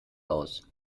aus